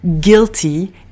guilty